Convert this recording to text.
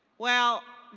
well,